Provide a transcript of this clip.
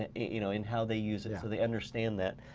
ah you know, in how they use it, so they understand that.